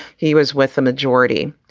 he was with a majority.